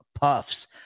puffs